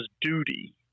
duty